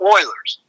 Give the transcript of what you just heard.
Oilers